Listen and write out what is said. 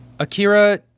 Akira